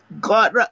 God